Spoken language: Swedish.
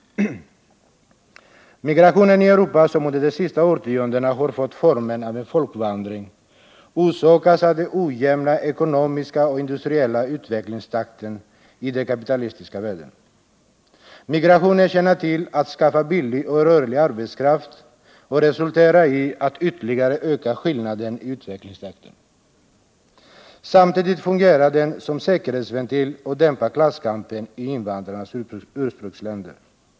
Migrationen i Europa, som under de senaste årtiondena har fått formen av en folkvandring, orsakas av den ojämna ekonomiska och industriella utvecklingstakten i den kapitalistiska världen. Migrationen tjänar till att skaffa billig och rörlig arbetskraft och resulterar i att ytterligare öka skillnaderna i utvecklingstakten. Samtidigt fungerar den som säkerhetsventil och dämpar klasskampen i invandrarnas ursprungsländer.